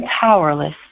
powerless